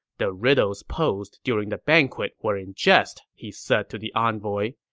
the riddles posed during the banquet were in jest, he said to the envoy.